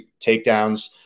takedowns